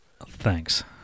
Thanks